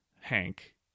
Hank